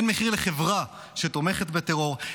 אין מחיר לחברה שתומכת בטרור,